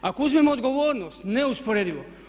Ako uzmemo odgovornost neusporedivo.